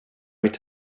mitt